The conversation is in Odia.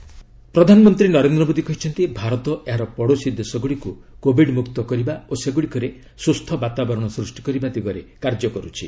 ପିଏମ୍ କୋବିଡ୍ ପ୍ରଧାନମନ୍ତ୍ରୀ ନରେନ୍ଦ୍ର ମୋଦୀ କହିଛନ୍ତି ଭାରତ ଏହାର ପଡ଼ୋଶୀ ଦେଶଗୁଡ଼ିକୁ କୋବିଡ୍ ମୁକ୍ତ କରିବା ଓ ସେଗୁଡ଼ିକରେ ସୁସ୍ଥ ବାତାବରଣ ସୃଷ୍ଟି କରିବା ଦିଗରେ କାର୍ଯ୍ୟ କରୁଛି